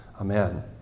Amen